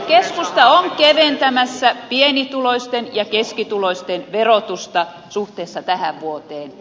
keskusta on keventämässä pienituloisten ja keskituloisten verotusta suhteessa tähän vuoteen